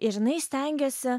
žinai stengiuosi